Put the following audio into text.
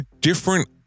different